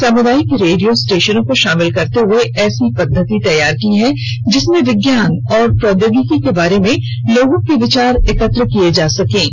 ने सामुदायिक रेडियो स्टेशनों को शामिल करते हुए ऐसी पद्धति तैयार की है जिसमें विज्ञान और प्रौद्योगिकी के बारे में लोगों के विचार एकत्र किये जा सकेंगे